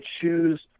choose